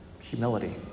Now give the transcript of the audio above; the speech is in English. Humility